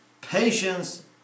Patience